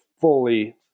fully